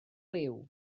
liw